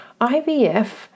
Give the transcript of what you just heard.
IVF